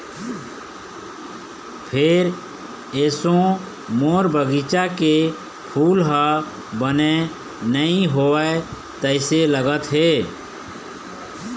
फेर एसो मोर बगिचा के फूल ह बने नइ होवय तइसे लगत हे